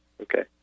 Okay